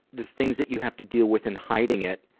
the things that you have to deal with in hiding it,